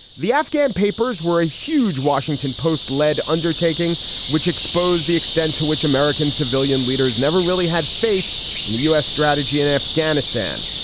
the afghan papers were a huge washington post led undertaking which exposed the extent to which american civilian leaders never really had faith in the u s. strategy in afghanistan.